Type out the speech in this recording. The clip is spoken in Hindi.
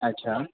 अच्छा